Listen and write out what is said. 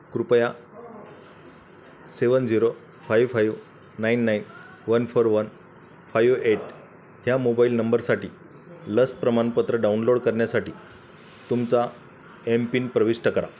कृपया seven zero five five nine nine one four one five eight ह्या mobile नंबरसाठी लस प्रमाणपत्र डाउनलोड करण्यासाठी तुमचा एम पिन प्रविष्ट करा